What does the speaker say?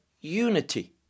unity